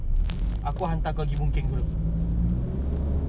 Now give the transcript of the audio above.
kau naik cab pergi jurong pun kau boleh sampai by six apa